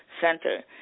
Center